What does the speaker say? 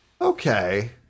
Okay